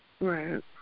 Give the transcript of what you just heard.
right